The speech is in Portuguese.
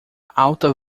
alta